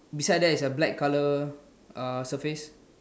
beside there is a black colour surface